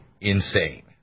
insane